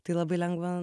tai labai lengva